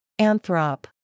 Anthrop